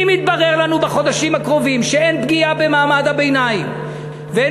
אם יתברר לנו בחודשים הקרובים שאין פגיעה במעמד הביניים ואין